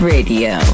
Radio